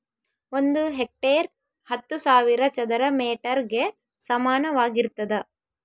ಒಂದು ಹೆಕ್ಟೇರ್ ಹತ್ತು ಸಾವಿರ ಚದರ ಮೇಟರ್ ಗೆ ಸಮಾನವಾಗಿರ್ತದ